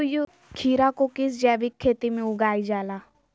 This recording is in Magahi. खीरा को किस जैविक खेती में उगाई जाला?